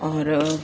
और